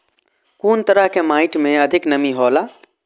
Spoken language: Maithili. कुन तरह के माटी में अधिक नमी हौला?